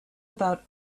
about